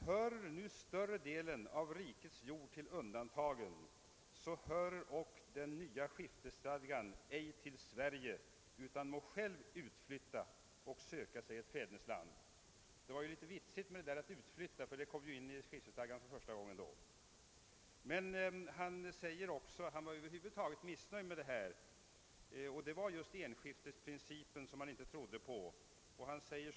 Hörer nu större delen av rikets jord till undantagen, så hörer ock den nya skiftesstadgan ej till Sverige, utan må själv utflytta och söka sig ett fädernesland.» Passusen om utflyttningen var ju litet vitsig; detta kom ju nu för första gången in i skiftesstadgan. Men han var över huvud taget missnöjd med skiftesstadgan, och det berodde just på att han inte trodde på enskiftesprincipen.